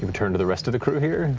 turn to the rest of the crew here, and